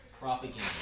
Propaganda